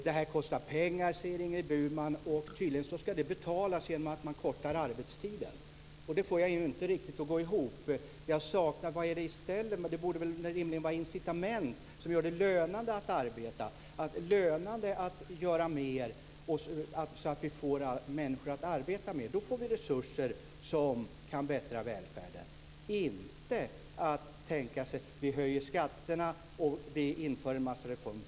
Det här kostar pengar, säger Ingrid Burman, och tydligen ska det betalas genom att man kortar arbetstiden. Det får jag inte riktigt att gå ihop. Jag saknar vad man vill ha i stället. Det borde väl rimligen vara incitament som gör det lönande att arbeta och att göra mer så att vi får människor att arbeta mer. Då får vi resurser som kan bättra välfärden. Det får vi inte genom att höja skatterna och införa en massa reformer.